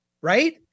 right